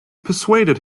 persuaded